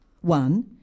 one